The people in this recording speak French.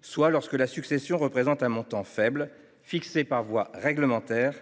soit lorsque la succession représente un montant faible, montant fixé par voie réglementaire,